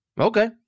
Okay